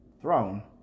throne